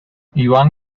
iván